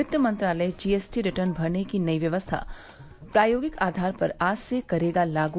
वित्त मंत्रालय GST return भरने की नई व्यवस्था प्रायोगिक आधार पर आज से करेगा लागू